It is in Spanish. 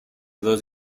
dos